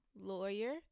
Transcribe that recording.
lawyer